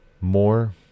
more